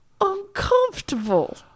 uncomfortable